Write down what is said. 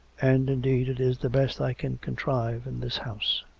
and, indeed, it is the best i can con trive in this house.